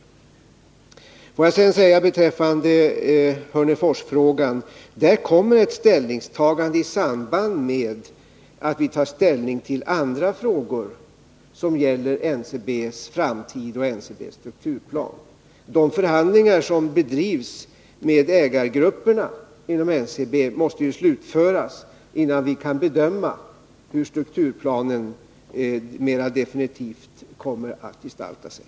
24 oktober 1980 Beträffande frågan om Hörnefors kommer ett ställningstagande i samband med att vi tar ställning till andra frågor som gäller NCB:s framtid och NCB:s strukturplan. De förhandlingar som bedrivs med ägargrupper inom NCB måste ju slutföras, innan vi kan bedöma hur strukturplanen mera definitivt kommer att gestalta sig.